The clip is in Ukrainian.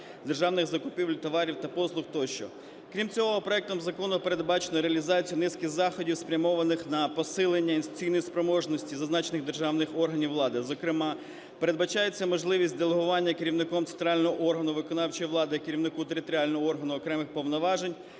державних закупівель товарів та послуг тощо. Крім цього, проектом закону передбачено реалізацію низки заходів, спрямованих на посилення інвестиційної спроможності зазначених державних органів влади. Зокрема, передбачається можливість делегування керівником центрального органу виконавчої влади, керівнику територіального органу окремих повноважень.